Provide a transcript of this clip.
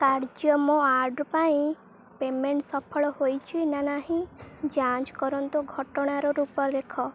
କାର୍ଯ୍ୟ ମୋ ଅର୍ଡ଼ର୍ ପାଇଁ ପେମେଣ୍ଟ ସଫଳ ହୋଇଛି ନା ନାହିଁ ଯାଞ୍ଚ କରନ୍ତୁ ଘଟଣାର ରୂପରେଖ